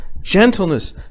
gentleness